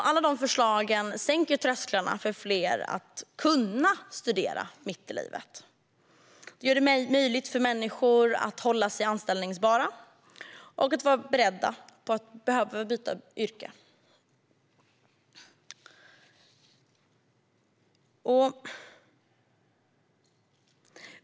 Alla dessa förslag sänker trösklarna och gör att fler kan studera mitt i livet. Det gör det möjligt för människor att hålla sig anställbara och vara beredda på att behöva byta yrke.